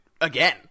again